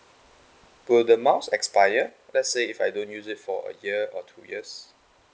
will the miles expire let's say if I don't use it for a year or two years